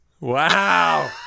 Wow